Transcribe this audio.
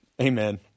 Amen